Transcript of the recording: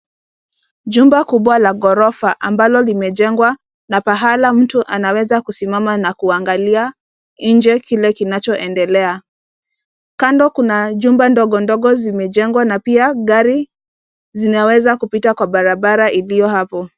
Jumba kubwa la ghorofa ambalo limejengwa na pahala mtu anaweza simama na kuangalia nje kile kinachoendelea. Kando kina jumba ndogo ndogo zimejengwa na pia gari zinaweza kupita kwa barabara iliyo hapo.